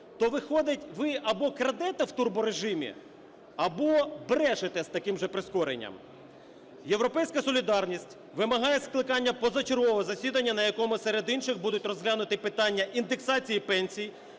То виходить ви або крадете в турборежимі, або брешете з таким же прискоренням. "Європейська солідарність" вимагає скликання позачергового засідання, на якому серед інших будуть розглянуті питання індексації пенсій,